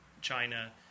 China